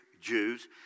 Jews